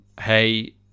hey